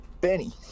Benny